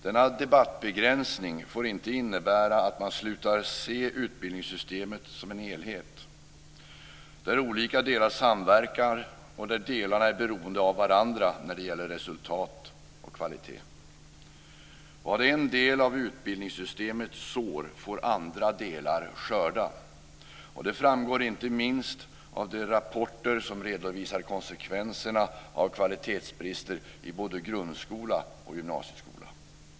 Denna debattbegränsning får inte innebära att man slutar se utbildningssystemet som en helhet, där olika delar samverkar och där delarna är beroende av varandra när det gäller resultat och kvalitet. Vad en del av utbildningssystemet sår, får andra delar skörda. Det framgår inte minst av de rapporter som redovisar konsekvenserna av kvalitetsbrister i både grundskola och gymnasieskola.